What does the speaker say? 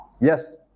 Yes